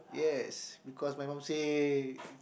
yes because my mum say